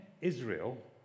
Israel